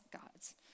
gods